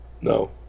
No